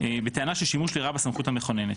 - בטענה ששימוש לרעה בסמכות המכוננת.